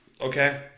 Okay